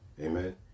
Amen